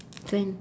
into an